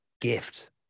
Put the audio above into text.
gift